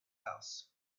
house